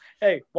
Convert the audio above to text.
Hey